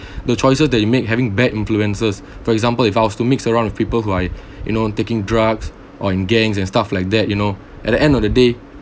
the choices that you make having bad influences for example if I was to mix around with people who I you know taking drugs or in gangs and stuff like that you know at the end of the day